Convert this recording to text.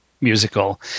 musical